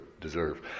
Deserve